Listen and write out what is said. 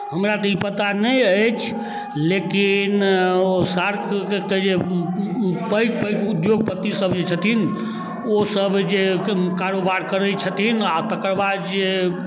हमरा तऽ ई पता नहि अछि लेकिन ओ शार्कके जे पैघ पैघ उद्योगपतिसभ जे छथिन ओसभ जे कारोबार करैत छथिन आ तकर बाद जे